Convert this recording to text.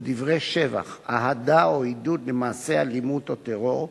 או דברי שבח, אהדה או עידוד למעשה אלימות או טרור,